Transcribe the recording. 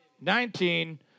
nineteen